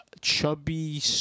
chubby